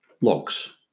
Logs